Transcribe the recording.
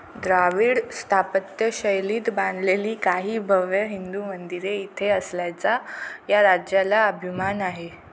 द्राविड स्थापत्यशैलीत बांधलेली काही भव्य हिंदू मंदिरे इथे असल्याचा या राज्याला अभिमान आहे